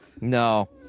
No